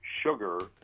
sugar